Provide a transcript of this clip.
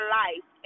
life